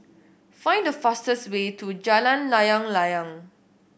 find the fastest way to Jalan Layang Layang